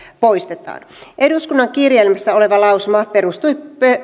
poistetaan eduskunnan kirjelmässä oleva lausuma perustui